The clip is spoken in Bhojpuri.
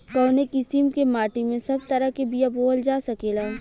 कवने किसीम के माटी में सब तरह के बिया बोवल जा सकेला?